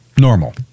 Normal